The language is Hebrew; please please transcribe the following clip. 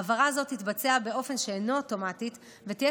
העברה זו תתבצע באופן שאינו אוטומטי ותהיה